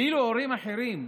ואילו הורים אחרים,